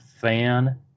fan